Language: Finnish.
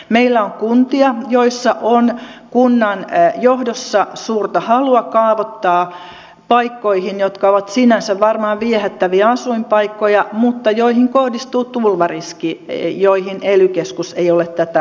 meillä on kuntia joissa on kunnanjohdossa suurta halua kaavoittaa paikkoihin jotka ovat sinänsä varmaan viehättäviä asuinpaikkoja mutta joihin kohdistuu tulvariski ja joihin ely keskus ei ole tätä lupaa antanut